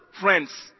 friends